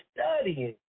studying